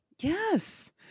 Yes